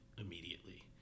immediately